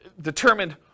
determined